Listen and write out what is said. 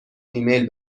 ایمیل